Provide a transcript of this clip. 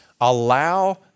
Allow